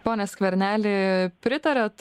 pone skverneli pritariat